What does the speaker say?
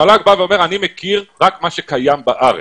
המל"ג בא ואומר שהוא מכיר רק מה שקיים בארץ.